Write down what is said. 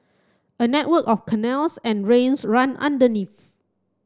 a network of canals and drains run underneath